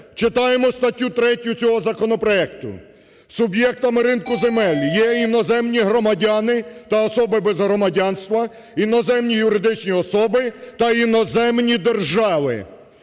Читаємо статтю 3 цього законопроекту: "Суб'єктами ринку земель є іноземні громадяни та особи без громадянства, іноземні юридичні особи та іноземні держави".